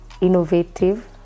innovative